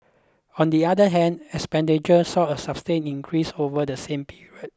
on the other hand expenditure saw a sustained increase over the same period